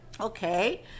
Okay